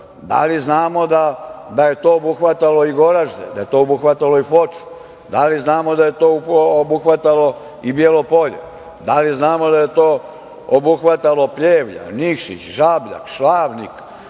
Da li znamo da je to obuhvatalo i Goražde, da je to obuhvatalo i Foču, da li znamo da je to obuhvatalo i Bijelo Polje? Da li znamo da je to obuhvatalo i Pljevlja, Nikšić, Žabljak, Šavnik?